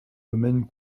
domaines